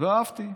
אהבתי.